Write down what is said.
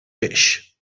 peix